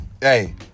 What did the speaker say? hey